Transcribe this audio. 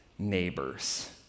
neighbors